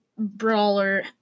Brawler